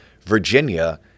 Virginia